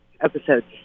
episodes